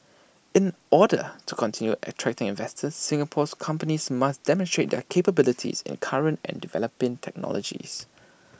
in order to continue attracting investors Singapore's companies must demonstrate their capabilities in current and developing technologies